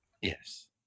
Yes